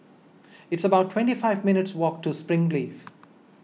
It's about twenty five minutes' walk to Springleaf